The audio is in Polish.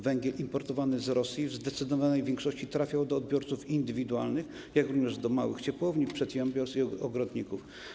Węgiel importowany z Rosji w zdecydowanej większości trafiał do odbiorców indywidualnych, jak również do małych ciepłowni, przedsiębiorstw i ogrodników.